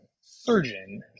surgeon